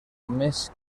més